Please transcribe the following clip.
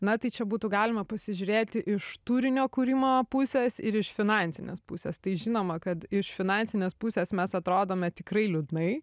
na tai čia būtų galima pasižiūrėti iš turinio kūrimo pusės ir iš finansinės pusės tai žinoma kad iš finansinės pusės mes atrodome tikrai liūdnai